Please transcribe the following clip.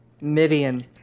Midian